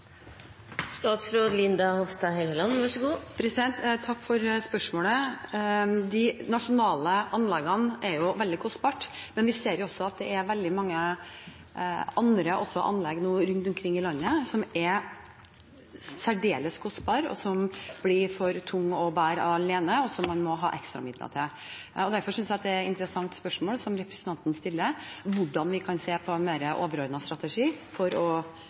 Takk for spørsmålet. De nasjonale anleggene er veldig kostbare, men vi ser også at det er veldig mange andre anlegg rundt omkring i landet som er særdeles kostbare, som blir for tunge å bære alene, og som man må ha ekstramidler til. Derfor synes jeg det er et interessant spørsmål representanten stiller, om hvordan vi kan se på en mer overordnet strategi for å